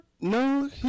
No